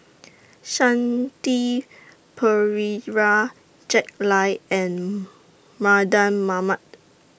Shanti Pereira Jack Lai and Mardan Mamat